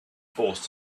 forced